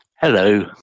Hello